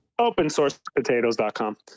Opensourcepotatoes.com